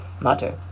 matter